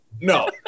No